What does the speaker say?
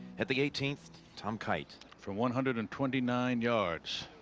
at the eighteenth tom kite from one hundred and twenty-nine yards.